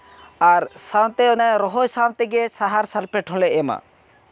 ᱟᱨ ᱥᱟᱶᱛᱮ ᱚᱱᱮ ᱨᱚᱦᱚᱭ ᱥᱟᱶ ᱛᱮᱜᱮ ᱥᱟᱦᱟᱨ ᱥᱟᱞᱯᱷᱮᱴ ᱦᱚᱸᱞᱮ ᱮᱢᱟ